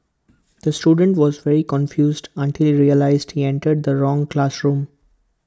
the student was very confused until realised he entered the wrong classroom